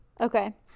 Okay